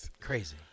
crazy